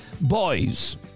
Boys